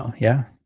um yeah.